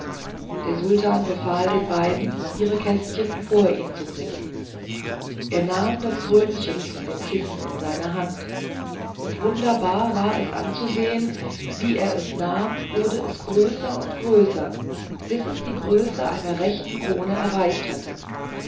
der sultan befahl den beiden ihre kästchen vor ihn zu bringen er nahm das krönchen von dem kissen in seine hand und wunderbar war es anzusehen wie er es nahm wurde es größer und größer bis es die größe einer rechten krone erreicht hatte